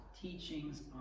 teachings